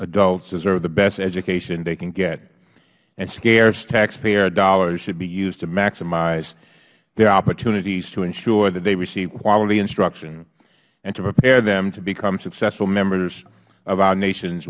adults deserve the best education they can get and scarce taxpayer dollars should be used to maximize the opportunities to ensure that they receive quality instruction and to prepare them to become successful members of our nation